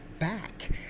Back